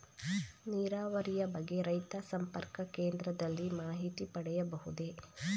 ನೀರಾವರಿಯ ಬಗ್ಗೆ ರೈತ ಸಂಪರ್ಕ ಕೇಂದ್ರದಲ್ಲಿ ಮಾಹಿತಿ ಪಡೆಯಬಹುದೇ?